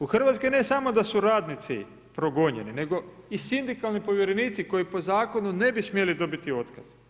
U RH ne samo da su radnici progonjeni, nego i sindikalni povjerenici koji po zakonu ne bi smjeli dobiti otkaz.